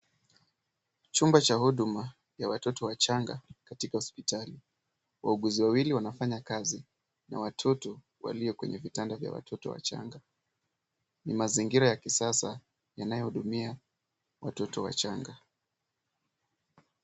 Chumba cha huduma ya watoto wachanga katika hospitali. Wauguzi wawili wanafanya kazi na watoto walio kwenye vitanda vya watoto wachanga. Ni mazingira ya kisasa yanayohudumia watoto wachanga.